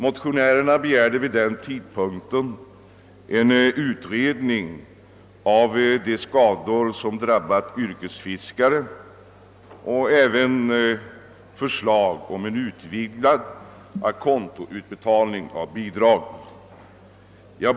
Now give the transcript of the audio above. Motionärerna begärde vid den tidpunkten en utredning av de skador som drabbat yrkesfiskare och även förslag om utvidgad å conto-utbetalning av bidrag.